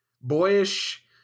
boyish